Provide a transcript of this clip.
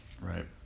right